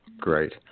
Great